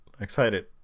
Excited